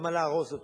למה להרוס אותו?